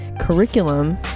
curriculum